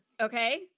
Okay